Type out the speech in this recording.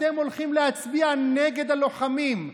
אתם הולכים להצביע נגד הלוחמים,